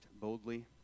boldly